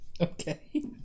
Okay